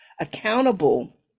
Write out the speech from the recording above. accountable